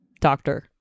Doctor